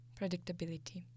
Predictability